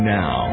now